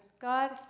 God